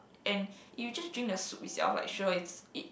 and you just drink the soup itself like sure it's it